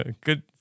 good